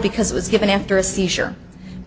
because it was given after a seizure